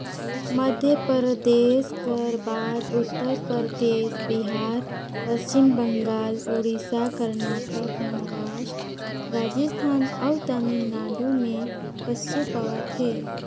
मध्यपरदेस कर बाद उत्तर परदेस, बिहार, पच्छिम बंगाल, उड़ीसा, करनाटक, महारास्ट, राजिस्थान अउ तमिलनाडु में पसु पवाथे